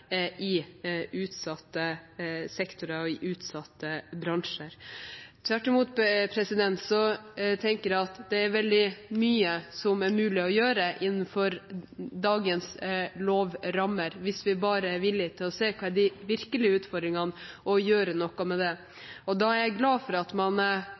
i utsatte sektorer og i utsatte bransjer. Tvert imot tenker jeg at det er veldig mye som er mulig å gjøre innenfor dagens lovrammer, hvis vi bare er villig til å se hva de virkelige utfordringene er, og gjøre noe med det. Jeg er glad for at man